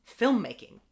filmmaking